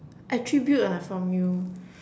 attribute ah from you